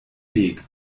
weg